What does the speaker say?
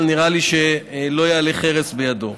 אבל נראה לי שיעלה חרס בידו.